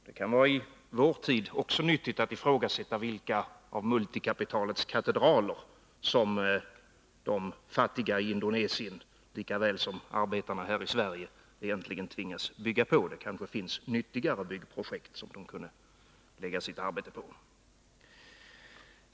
Det kan i vår tid också vara nyttigt att ifrågasätta vilka av multikapitalets katedraler som de fattiga i Indonesien lika väl som arbetarna här i Sverige egentligen tvingas bygga på. Det kanske finns nyttigare byggprojekt som de kunde lägga sitt arbete på.